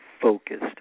focused